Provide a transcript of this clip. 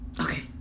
Okay